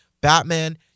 Batman